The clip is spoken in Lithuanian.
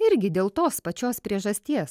irgi dėl tos pačios priežasties